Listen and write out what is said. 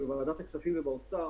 כי בוועדת הכספים ובאוצר